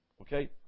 Okay